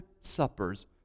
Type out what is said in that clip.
suppers